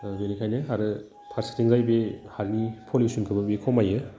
बेनिखायनो आरो फारसेथिंजाय बे हानि पलुसनखौबो बे खमायो